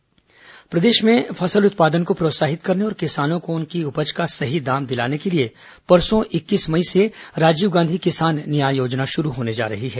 न्याय योजना प्रदेश में फसल उत्पादन को प्रोत्साहित करने और किसानों को उनकी उपज का सही दाम दिलाने के लिए परसों इक्कीस मई से राजीव गांधी किसान न्याय योजना शुरू होने जा रही है